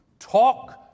Talk